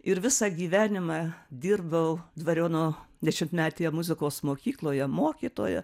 ir visą gyvenimą dirbau dvariono dešimtmetėje muzikos mokykloje mokytoja